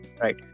Right